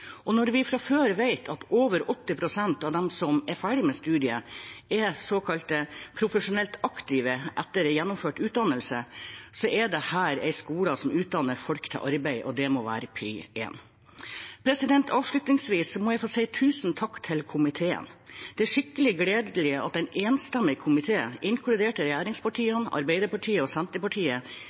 Når vi fra før vet at over 80 pst. av de som er ferdige med studiet, er såkalt profesjonelt aktive etter gjennomført utdannelse, er dette en skole som utdanner folk til arbeid, og det må være førsteprioritet. Avslutningsvis må jeg få si tusen takk til komiteen. Det er skikkelig gledelig at en enstemmig komité, inkludert regjeringspartiene, og Arbeiderpartiet og Senterpartiet,